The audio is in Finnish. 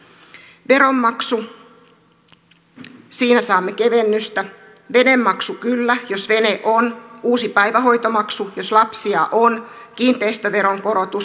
veronmaksu siinä saamme kevennystä venemaksu kyllä jos vene on uusi päivähoitomaksu jos lapsia on kiinteistöveron korotus